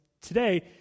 today